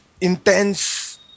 intense